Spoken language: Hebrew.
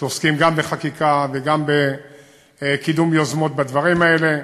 שעוסקים גם בחקיקה וגם בקידום יוזמות בדברים האלה.